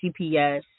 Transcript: GPS